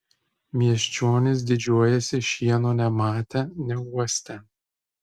miesčionys didžiuojasi šieno nematę neuostę